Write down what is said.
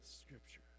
Scripture